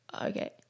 okay